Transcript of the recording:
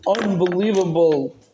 unbelievable